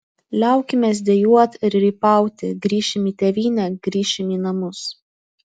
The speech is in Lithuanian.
liaukimės dejuot ir rypauti grįšim į tėvynę grįšim į namus